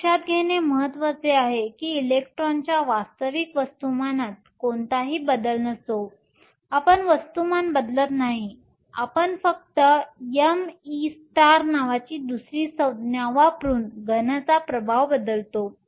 हे लक्षात घेणे महत्वाचे आहे की इलेक्ट्रॉनच्या वास्तविक वस्तुमानात कोणताही बदल नसतो आपण वस्तुमान बदलत नाही आपण फक्त me नावाची दुसरी संज्ञा वापरून घनचा प्रभाव बदलतो